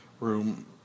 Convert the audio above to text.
room